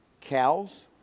cows